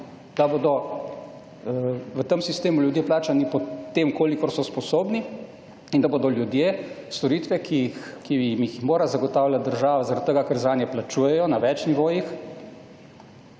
da bodo v tem sistemu ljudje plačani po tem koliko so sposobni in da bodo ljudje storitve, ki jim jih mora zagotavljati država, zaradi tega ker zanje plačujejo na več nivojih,